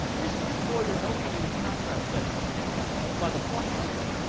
this stands for your lcd's contrast setting. and is controlled by the plus button.